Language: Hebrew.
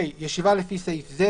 (ה)ישיבה לפי סעיף זה,